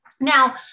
Now